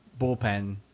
bullpen